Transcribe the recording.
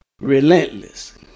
Relentless